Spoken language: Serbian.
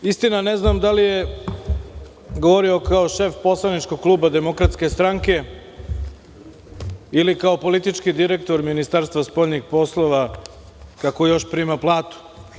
Istina, ne znam da li je govorio kao šef poslaničkog kluba Demokratske stranke, ili kao politički direktor Ministarstva spoljnih poslova, kako još prima platu.